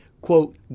quote